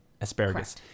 asparagus